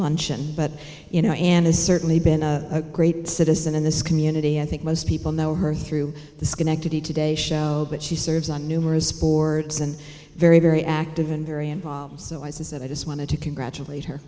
luncheon but you know and has certainly been a great citizen in this community i think most people know her through the schenectady today show but she serves on numerous boards and very very active and very involved so i said i just wanted to congratulate her